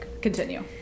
continue